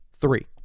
three